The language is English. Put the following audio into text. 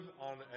on